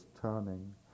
turning